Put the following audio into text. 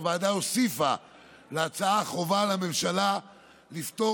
הוועדה הוסיפה להצעה חובה לממשלה לפטור